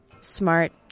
Smart